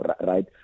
right